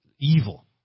evil